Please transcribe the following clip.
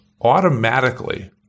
automatically